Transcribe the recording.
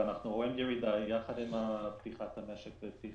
אנחנו רואים ירידה יחד עם פתיחת המשק.